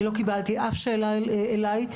אני לא קיבלתי אף שאלה אליי.